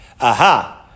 Aha